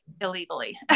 illegally